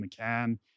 McCann